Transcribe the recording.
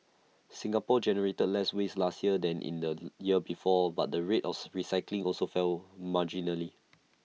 Singapore generated less waste last year than in the year before but the rate of recycling also fell marginally